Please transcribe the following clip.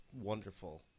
wonderful